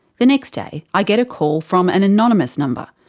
the next day, i get a call from an anonymous number.